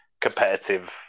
competitive